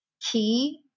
key